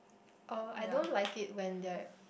oh I don't like it when they are